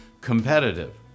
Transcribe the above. competitive